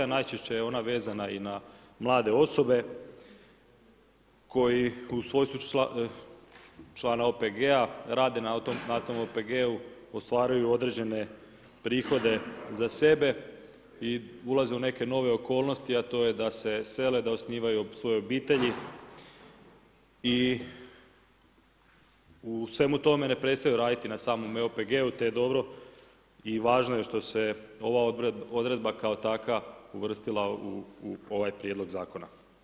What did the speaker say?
Najčešće je ona vezana i na mlade osobe koji u svojstvu člana OPG-a rade na tom OPG-u, ostvaruju određene prihode za sebe i ulaze u neke nove okolnosti, a to je da se sele, da osnivaju svoje obitelji i u svemu tome ne prestaju raditi na samom OPG-u, te je dobro i važno je što se ova odredba kao takva uvrstila u ovaj Prijedlog zakona.